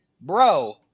bro